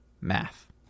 math